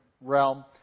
realm